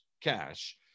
cash